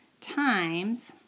times